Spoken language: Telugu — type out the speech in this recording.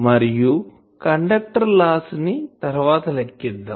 మరియు కండక్టర్ లాస్ ని తర్వాత లెక్కిద్దాం